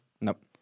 Nope